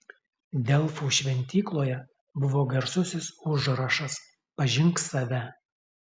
delfų šventykloje buvo garsusis užrašas pažink save